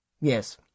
Yes